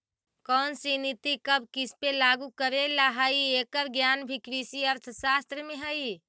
कौनसी नीति कब किसपे लागू करे ला हई, एकर ज्ञान भी कृषि अर्थशास्त्र में हई